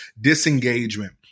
disengagement